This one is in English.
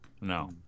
No